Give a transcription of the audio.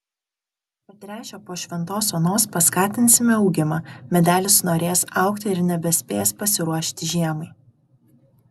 patręšę po šventos onos paskatinsime augimą medelis norės augti ir nebespės pasiruošti žiemai